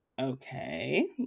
okay